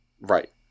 Right